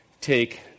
take